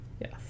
Yes